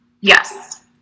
Yes